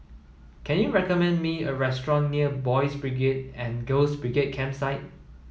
can you recommend me a restaurant near Boys' and Girls' Campsite